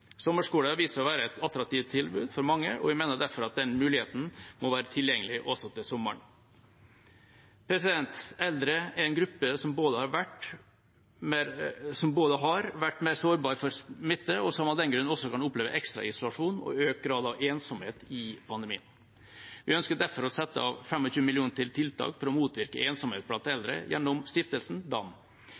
Sommerskole har vist seg å være et attraktivt tilbud for mange, og vi mener derfor at den muligheten må være tilgjengelig også til sommeren. Eldre er en gruppe som har vært mer sårbare for smitte, og som av den grunn også kan oppleve ekstra isolasjon og økt grad av ensomhet i pandemien. Vi ønsker derfor å sette av 25 mill. kr til tiltak for å motvirke ensomhet blant eldre gjennom Stiftelsen Dam.